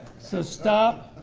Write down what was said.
so stop,